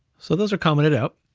so those are commented out,